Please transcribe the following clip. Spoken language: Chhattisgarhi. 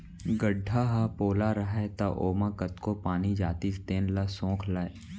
गड्ढ़ा ह पोला रहय त ओमा कतको पानी जातिस तेन ल सोख लय